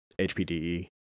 HPDE